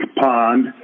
pond